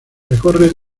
recorre